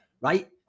right